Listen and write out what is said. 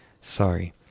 Sorry